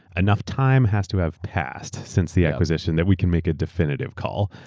enough time has to have passed since the acquisition that we can make a definitive call.